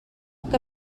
que